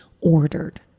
ordered